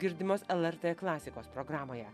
girdimos lrt klasikos programoje